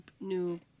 new